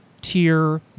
tier